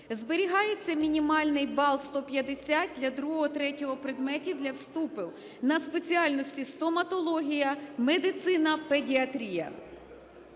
Зберігається мінімальний бал 150 для другого, третього предметів для вступів на спеціальності: "Стоматологія", "Медицина", "Педіатрія".